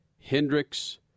Hendricks